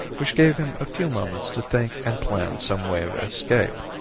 which gave him a few moments to think and plan some way of escape.